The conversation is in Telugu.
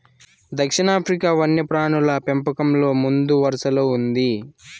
దక్షిణాఫ్రికా వన్యప్రాణుల పెంపకంలో ముందువరసలో ఉంది